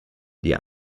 die